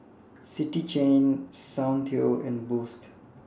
City Chain Soundteoh and Boost